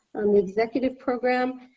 on the executive program,